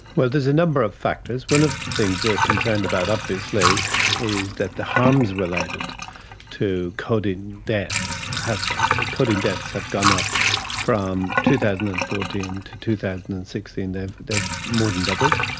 well, there's a number of factors. one of the things we are concerned about obviously is that the harms related to codeine deaths, ah codeine deaths have gone up from two thousand and fourteen to two thousand and sixteen they have they have more than doubled.